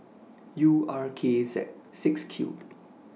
U R K Z six Q